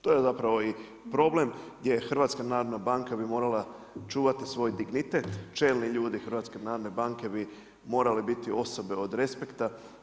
To je zapravo i problem gdje HNB bi morala čuvati svoj dignitet, čelni ljudi HNB-a bi morali biti osobe od respekta.